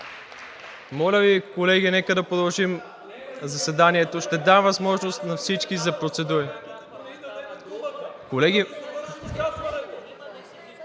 Моля Ви, колеги, нека да продължим заседанието. Ще дам възможност на всички за процедура.